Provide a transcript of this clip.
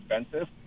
expensive